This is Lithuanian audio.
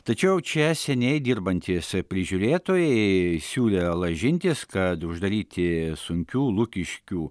tačiau čia seniai dirbantys prižiūrėtojai siūlė lažintis kad uždaryti sunkių lukiškių